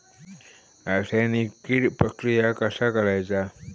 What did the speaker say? रासायनिक कीड प्रक्रिया कसा करायचा?